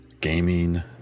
gaming